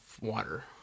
water